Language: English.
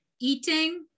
eating